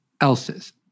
else's